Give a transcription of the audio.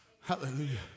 Hallelujah